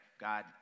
God